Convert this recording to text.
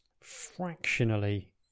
fractionally